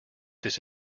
this